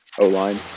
O-line